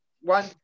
one